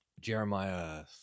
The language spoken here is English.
Jeremiah